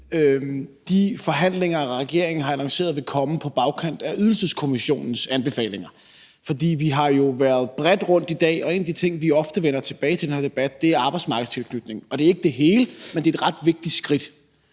de forhandlinger, regeringen har annonceret vil komme på bagkant af Ydelseskommissionens anbefalinger. For vi har jo været bredt rundt i dag, og en af de ting, vi ofte vender tilbage til i den her debat, er arbejdsmarkedstilknytning. Det er ikke det hele, men det er et ret vigtigt skridt,